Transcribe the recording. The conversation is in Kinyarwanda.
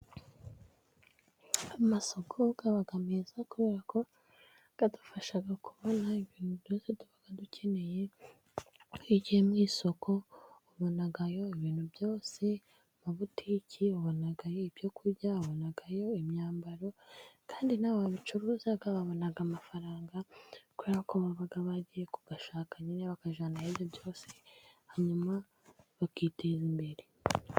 Amasoko aba meza kubera ko adufasha kubona ibintu byose tuba dukeneye. Iyo ugiye mu isoko ubonayo ibintu byose. Amabutike ubonayo ibyo kurya, ubonayo imyambaro. Kandi na bo babicuruza babona amafaranga, kubera ko baba bagiye kuyashaka nyine, bakajyana ibyo byose hanyuma bakiteza imbere.